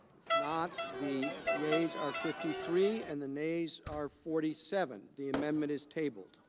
not the yays are fifty three, and the nays r forty seven, the amendment is tabled.